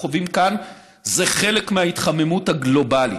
חווים כאן זה חלק מההתחממות הגלובלית.